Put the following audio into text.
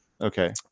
Okay